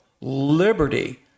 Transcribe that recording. liberty